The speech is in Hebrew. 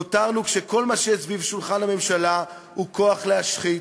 נותרנו כשכל מה שיש סביב שולחן הממשלה הוא כוח להשחית,